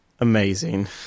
Amazing